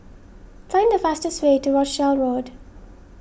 find the fastest way to Rochdale Road